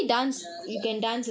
ya that'S why